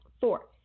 Four